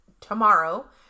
tomorrow